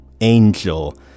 angel